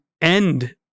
end